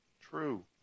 true